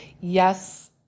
Yes